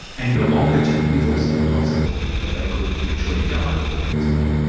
and in the longer term it is also possible that they could literally go underwater as well.